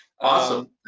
Awesome